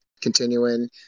continuing